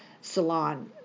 salon